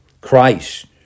Christ